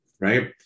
Right